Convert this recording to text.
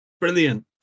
Brilliant